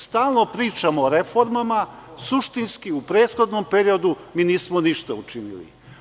Stalno pričamo o reformama, a suštinski, u prethodnom periodu, mi nismo ništa učinili.